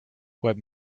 what